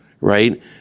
right